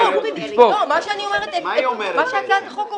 מה שהצעת החוק אומרת.